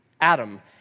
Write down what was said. Adam